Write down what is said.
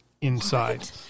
inside